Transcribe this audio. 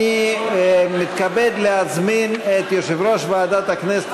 אני מתכבד להזמין את יושב-ראש ועדת הכנסת